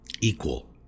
Equal